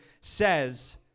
says